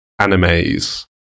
animes